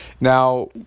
Now